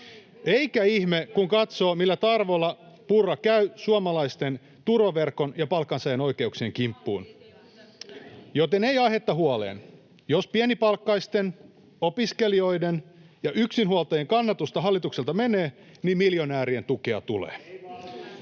Eikä ihme, kun katsoo, millä tarmolla Purra käy suomalaisten turvaverkon ja palkansaajien oikeuksien kimppuun. Joten ei aihetta huoleen. Jos pienipalkkaisten, opiskelijoiden ja yksinhuoltajien kannatusta hallitukselta menee, niin miljonäärien tukea tulee.